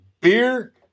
beer